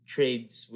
trades